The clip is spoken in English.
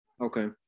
Okay